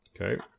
Okay